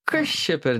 kas čia per